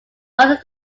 rather